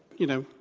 you know,